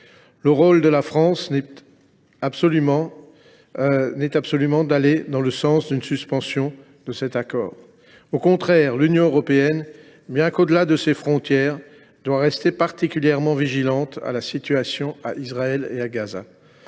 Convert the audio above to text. de la France n’est absolument pas d’aller dans le sens d’une suspension de cet accord. Au contraire, l’Union européenne, même au delà de ses frontières, doit rester particulièrement attentive à la situation en Israël et à Gaza.